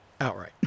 Outright